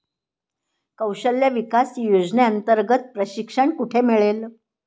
कौशल्य विकास योजनेअंतर्गत प्रशिक्षण कुठे मिळेल?